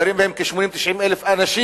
וגרים בהם 80,000 90,000 אנשים.